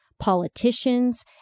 politicians